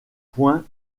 poings